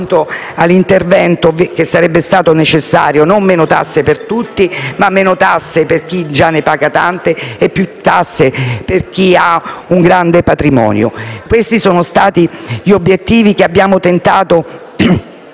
un intervento che sarebbe stato necessario, ossia non meno tasse per tutti, ma per chi già ne paga tante, e più tasse per chi ha un grande patrimonio. Questi sono gli obiettivi che abbiamo tentato